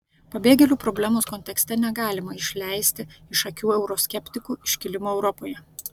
pabėgėlių problemos kontekste negalima išleisti iš akių euroskeptikų iškilimo europoje